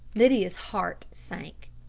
lydia's heart sank.